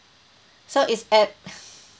so it's